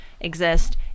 exist